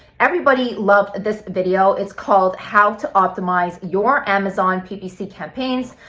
everybody loved this video, it's called how to optimize your amazon ppc campaigns.